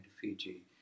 Fiji